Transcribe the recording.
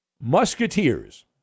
Musketeers